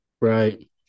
right